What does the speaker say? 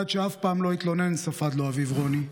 אחד שאף פעם לא התלונן", ספד לו אביו רוני.